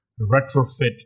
retrofit